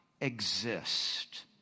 exist